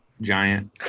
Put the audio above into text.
giant